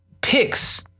picks